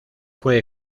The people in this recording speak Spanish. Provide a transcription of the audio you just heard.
fue